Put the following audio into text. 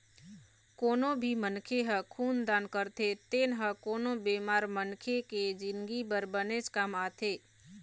कोनो भी मनखे ह खून दान करथे तेन ह कोनो बेमार मनखे के जिनगी बर बनेच काम आथे